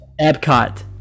Epcot